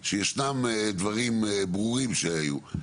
שישנם דברים ברורים שהיו,